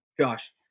Josh